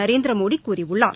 நரேந்திரமோடி கூறியுள்ளார்